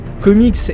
comics